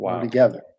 together